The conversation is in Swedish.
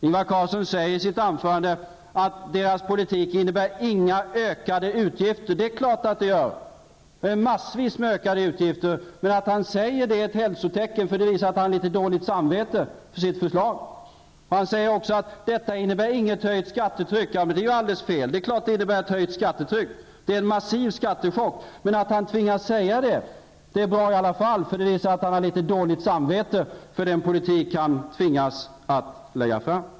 Ingvar Carlsson säger i sitt anförande att deras politik innebär inga ökade utgifter. Det är klart att den gör! Det är massvis av ökade utgifter. Men att han säger detta är ett hälsotecken. Det visar att han har litet dåligt samvete för sitt förslag. Ingvar Carlsson säger också att detta innebär inget höjt skattetryck. Men det är alldeles fel. Det är klart att det innebär ett höjt skattetryck. Det är en massiv skattechock. Men att han tvingas säga detta är i alla fall bra. Det visar att han har litet dåligt samvete för den politik han tvingas att lägga fram.